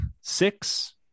six